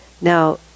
Now